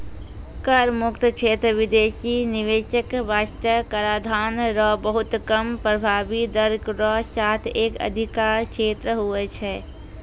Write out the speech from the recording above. कर मुक्त क्षेत्र बिदेसी निवेशक बासतें कराधान रो बहुत कम प्रभाबी दर रो साथ एक अधिकार क्षेत्र हुवै छै